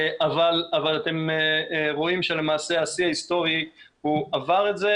אבל אתם רואים שלמעשה השיא ההיסטורי עבר את זה.